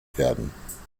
werden